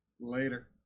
Later